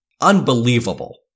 unbelievable